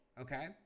okay